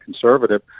Conservative